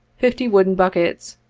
fifty wooden buckets,